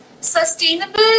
Sustainable